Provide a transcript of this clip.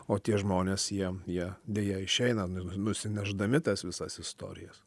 o tie žmonės jie jie deja išeina nusinešdami tas visas istorijas